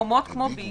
שבמקומות כמו ביג